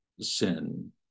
sin